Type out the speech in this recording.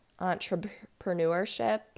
entrepreneurship